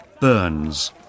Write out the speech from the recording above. burns